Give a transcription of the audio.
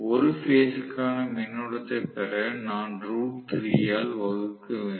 ஒரு பேஸ் க்கான மின்னோட்டத்தைப் பெற நான் ரூட் 3 ஆல் வகுக்க வேண்டும்